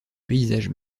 paysage